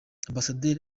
ambasaderi